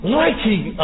liking